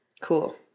Cool